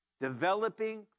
Developing